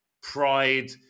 Pride